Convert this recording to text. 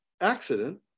accident